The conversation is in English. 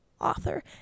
author